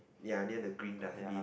ya near the green dustbin